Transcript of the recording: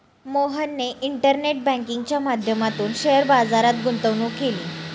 मोहनने इंटरनेट बँकिंगच्या माध्यमातून शेअर बाजारात गुंतवणूक केली